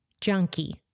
junkie